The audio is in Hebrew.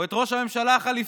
או את ראש הממשלה החליפי?